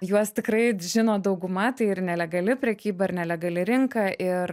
juos tikrai žino dauguma tai ir nelegali prekyba ir nelegali rinka ir